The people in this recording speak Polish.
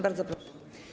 Bardzo proszę.